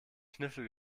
kniffel